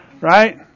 right